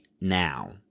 now